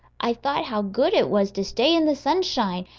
i thought how good it was to stay in the sunshine,